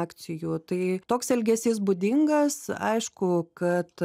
akcijų tai toks elgesys būdingas aišku kad